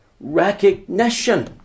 recognition